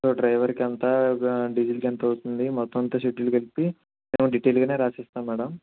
so డ్రైవర్కు ఎంత డీజిల్కు ఎంత అవుతుంది మొత్తం అంత షెడ్యూల్ కలిపి మేము డిటైల్గానే రాసిస్తాం మేడమ్